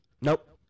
Nope